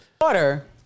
Water